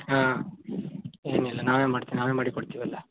ಹಾಂ ಏನಿಲ್ಲ ನಾವೇ ಮಾಡ್ತೇವೆ ನಾವೇ ಮಾಡಿ ಕೊಡ್ತೀವಿ ಎಲ್ಲ